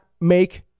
make